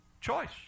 Choice